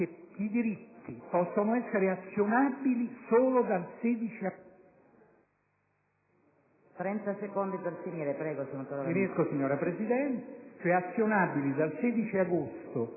quale i diritti possono essere azionabili solo dal 16 agosto